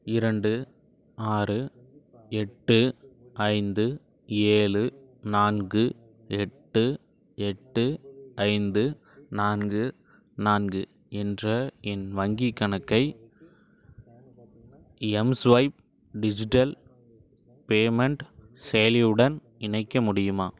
இரண்டு ஆறு எட்டு ஐந்து ஏழு நான்கு எட்டு எட்டு ஐந்து நான்கு நான்கு என்ற என் வங்கிக் கணக்கை எம்ஸ்வைப் டிஜிட்டல் பேமெண்ட் செயலியுடன் இணைக்க முடியுமா